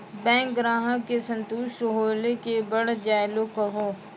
Bank ग्राहक के संतुष्ट होयिल के बढ़ जायल कहो?